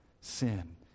sin